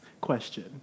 question